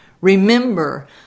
Remember